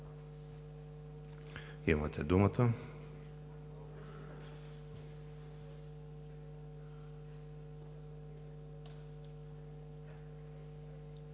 Имате думата.